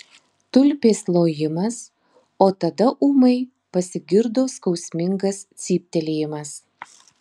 tulpės lojimas o tada ūmai pasigirdo skausmingas cyptelėjimas